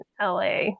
la